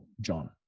John